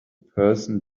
person